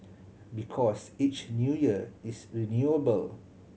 because each New Year is renewable